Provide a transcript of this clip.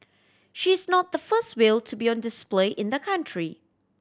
she is not the first whale to be on display in the country